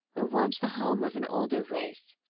were once the home of an older race,